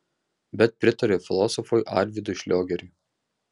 bet pritariu filosofui arvydui šliogeriui